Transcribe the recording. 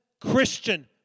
Christian